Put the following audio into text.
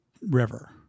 river